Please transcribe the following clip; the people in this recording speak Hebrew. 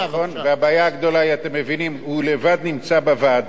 והבעיה הגדולה, אתם מבינים, הוא לבד נמצא בוועדה,